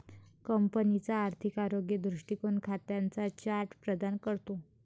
कंपनीचा आर्थिक आरोग्य दृष्टीकोन खात्यांचा चार्ट प्रदान करतो